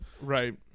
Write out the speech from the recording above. Right